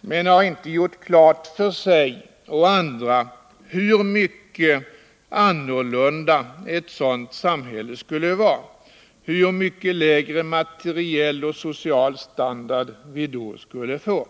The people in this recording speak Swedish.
men har inte gjort klart för sig och andra hur mycket annorlunda ett sådant samhälle skulle bli, hur mycket lägre materiell och social standard vi då skulle få.